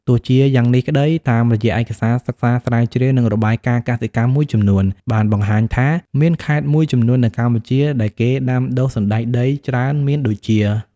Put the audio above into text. ទោះជាយ៉ាងនេះក្តី តាមរយៈឯកសារសិក្សាស្រាវជ្រាវ និងរបាយការណ៍កសិកម្មមួយចំនួន បានបង្ហាញថាមានខេត្តមួយចំនួននៅកម្ពុជាដែលគេដាំដុះសណ្តែកដីច្រើនមានដូចជា។